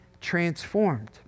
transformed